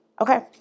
Okay